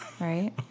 right